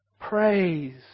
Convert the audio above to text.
Praise